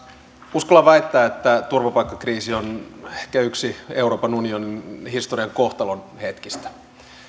uskallan väittää että turvapaikkakriisi on ehkä yksi euroopan unionin historian kohtalon hetkistä